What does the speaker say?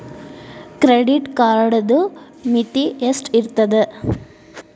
Credit ಕಾರ್ಡದು ಮಿತಿ ಎಷ್ಟ ಇರ್ತದ?